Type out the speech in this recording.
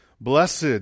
blessed